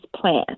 plan